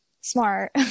smart